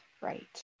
right